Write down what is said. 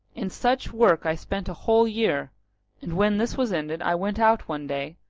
in such work i spent a whole year and when this was ended i went out one day,